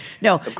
No